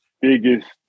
biggest